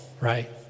Right